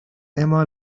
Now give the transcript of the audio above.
اِما